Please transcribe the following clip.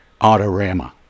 Autorama